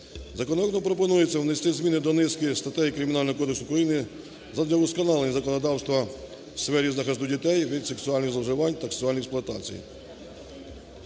Законопроектом пропонується внести зміни до низки статей Кримінального кодексу України задля удосконалення законодавства у сфері захисту дітей від сексуальних зловживань та сексуальної експлуатації.